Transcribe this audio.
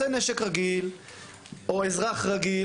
נושא נשק רגיל או אזרח רגיל,